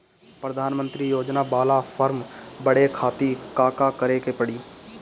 प्रधानमंत्री योजना बाला फर्म बड़े खाति का का करे के पड़ी?